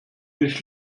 nicht